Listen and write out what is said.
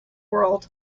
world